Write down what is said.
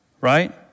right